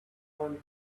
one